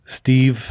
Steve